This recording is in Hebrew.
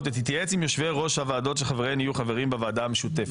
ותתייעץ עם יושבי ראש הוועדות שחבריהן יהיו חברים בוועדה המשותפת.